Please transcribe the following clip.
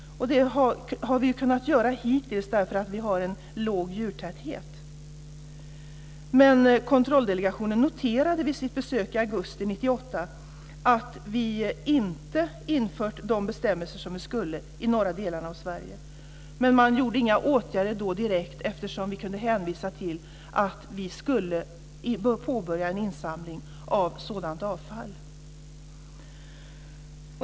Det har vi kunnat göra hittills därför att vi har en låg djurtäthet. Men kontrolldelegationen noterade vid sitt besök i augusti 1998 att vi inte infört de bestämmelser som vi skulle i norra delarna av Sverige. Man vidtog inga åtgärder direkt, eftersom vi kunde hänvisa till att vi skulle påbörja en insamling av sådant avfall.